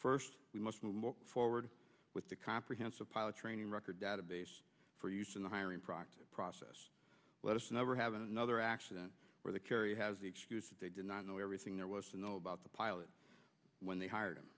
first we must move forward with a comprehensive pilot training record database for use in the hiring process process let us never have another accident where the kerry has the excuse that they did not know everything there was to know about the pilot when they hired him